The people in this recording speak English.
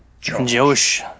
Josh